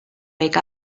wake